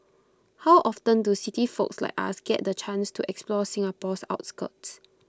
how often do city folks like us get the chance to explore Singapore's outskirts